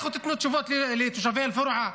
לכו תיתנו תשובות לתושבי אל-פורעה.